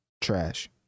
Trash